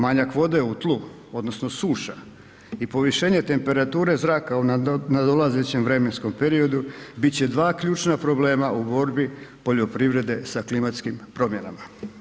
Manjak vode u tlu odnosno suša i povišenje temperature zraka u nadolazećem vremenskom periodu bit će dva ključna problema u borbi poljoprivrede sa klimatskim promjenama.